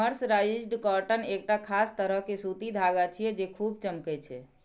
mercerised cotton एकटा खास तरह के सूती धागा छियै, जे खूब चमकै छै